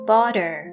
Border